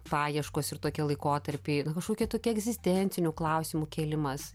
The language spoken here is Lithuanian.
paieškos ir tokie laikotarpiai nu kažkokie tokie egzistencinių klausimų kėlimas